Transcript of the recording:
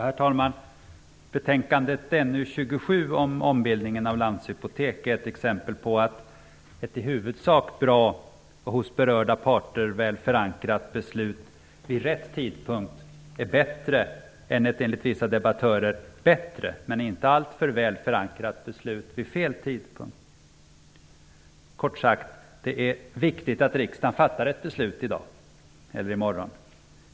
Herr talman! Betänkandet NU27 om ombildningen av Landshypotek är ett exempel på att ett i huvudsak bra och hos berörda parter förankrat beslut vid rätt tidpunkt är bättre än ett -- enligt vissa debattörer -- perfekt, men inte alltför väl förankrat beslut vid fel tidpunkt. Kort sagt: Det är viktigt att riksdagen fattar ett beslut i morgon.